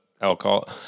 Alcohol